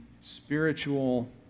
spiritual